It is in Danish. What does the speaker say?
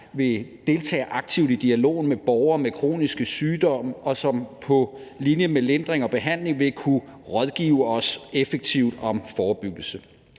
vil deltage aktivt i dialogen med borgere med kroniske sygdomme, og som på linje med lindring og behandling vil kunne rådgive os effektivt om forebyggelse.